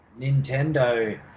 Nintendo